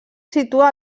situa